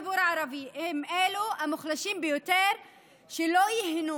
גם הציבור החרדי וגם הציבור הערבי הם המוחלשים ביותר שלא ייהנו